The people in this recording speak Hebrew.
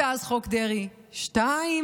ואז חוק דרעי 2,